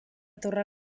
torre